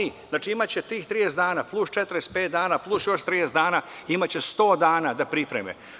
Imaće tih 30 dana plus 45 dana, plus još 30 dana, imaće 100 dana da pripreme.